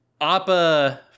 Appa